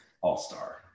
All-star